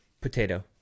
Potato